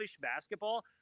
basketball